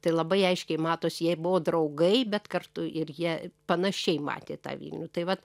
tai labai aiškiai matosi jie buvo draugai bet kartu ir jie panašiai matė tą vilnių tai vat